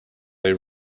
they